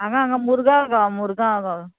हांगा हांगा मुर्गांव गांव मुर्गांव गांव